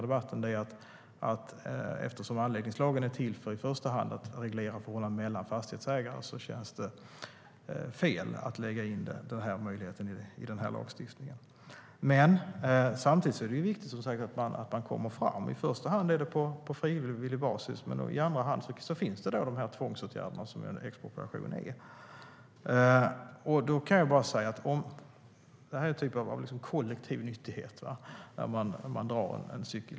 Eftersom anläggningslagen i första hand är till för att reglera förhållanden mellan fastighetsägare känns det fel att lägga in denna möjlighet i den lagstiftningen. Samtidigt är det viktigt att vi kommer framåt. I första hand är det på frivillig basis, men i andra hand finns den tvångsåtgärd som en expropriation är. En cykelled är en kollektiv nyttighet.